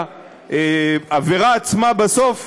והעבירה עצמה בסוף,